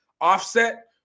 offset